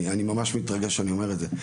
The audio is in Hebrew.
אני ממש מתרגש שאני אומר את זה,